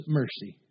mercy